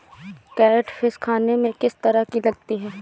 Catfish खाने में किस तरह की लगती है?